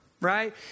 right